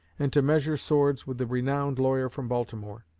and to measure swords with the renowned lawyer from baltimore.